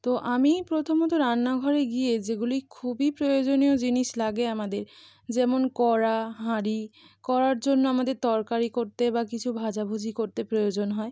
তো আমি প্রথমত রান্নাঘরে গিয়ে যেগুলি খুবই প্রয়োজনীয় জিনিস লাগে আমাদের যেমন কড়া হাঁড়ি কড়ার জন্য আমাদের তরকারি করতে বা কিছু ভাজাভুজি করতে প্রয়োজন হয়